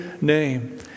name